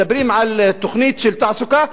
מדברים על תוכנית של תעסוקה?